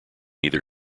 either